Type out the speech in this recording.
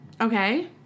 Okay